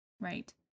Right